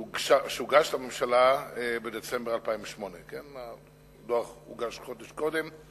שהוגש לממשלה בדצמבר 2008. הדוח הוגש חודש קודם,